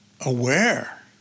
aware